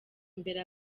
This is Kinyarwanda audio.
imbere